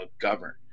govern